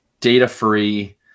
Data-free